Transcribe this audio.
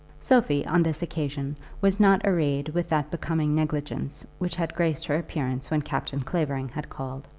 sophie on this occasion was not arrayed with that becoming negligence which had graced her appearance when captain clavering had called.